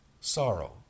sorrow